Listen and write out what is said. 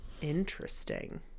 Interesting